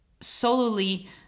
solely